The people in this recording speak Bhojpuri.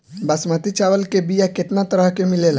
बासमती चावल के बीया केतना तरह के मिलेला?